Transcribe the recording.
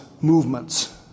movements